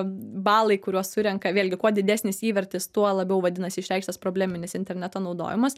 balai kuriuos surenka vėlgi kuo didesnis įvertis tuo labiau vadinasi išreikštas probleminis interneto naudojimas